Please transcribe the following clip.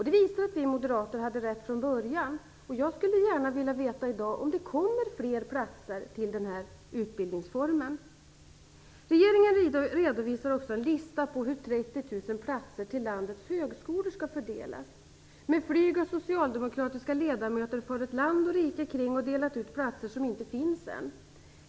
Det visar att vi moderater hade rätt från början, och jag skulle gärna vilja veta i dag om det kommer fler platser till den här utbildningsformen. Regeringen redovisar också en lista på hur 30 000 platser till landets högskolor skall fördelas. Med flyg har socialdemokratiska ledamöter farit land och rike kring och delat ut platser som inte finns än.